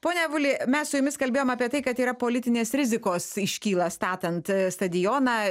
pone avuli mes su jumis kalbėjom apie tai kad yra politinės rizikos iškyla statant stadioną